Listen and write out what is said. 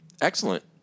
Excellent